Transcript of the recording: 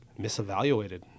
misevaluated